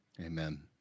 Amen